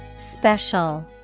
Special